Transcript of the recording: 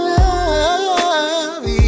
love